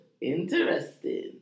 interesting